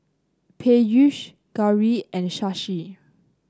Peyush Gauri and Shashi